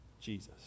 Jesus